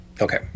Okay